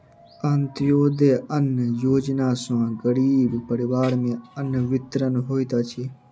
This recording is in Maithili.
अन्त्योदय अन्न योजना सॅ गरीब परिवार में अन्न वितरण होइत अछि